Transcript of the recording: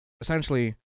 essentially